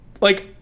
like-